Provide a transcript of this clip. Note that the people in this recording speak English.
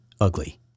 ugly